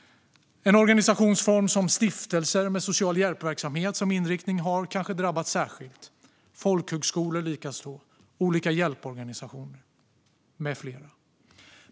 En organisationsform som stiftelser med social hjälpverksamhet som inriktning har kanske drabbats särskilt, och folkhögskolor likaså. Det gäller även olika hjälporganisationer med flera.